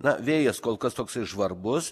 na vėjas kol kas toksai žvarbus